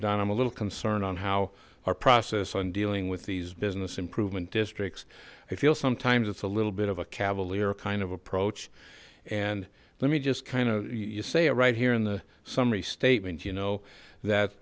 done i'm a little concerned on how our process on dealing with these business improvement districts i feel sometimes it's a little bit of a cavalier kind of approach and let me just kind of you say it right here in the summary statement you know that